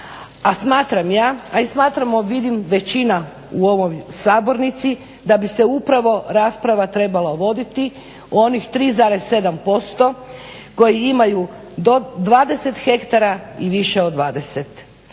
A smatram ja, a i smatramo vidim većina u ovoj sabornici da bi se upravo rasprava trebala voditi o onih 3,7% koji imaju 20 hektara i više od 20.